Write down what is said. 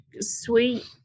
sweet